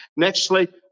Nextly